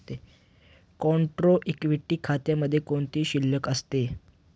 Contra equity खात्यामध्ये कोणती शिल्लक असते?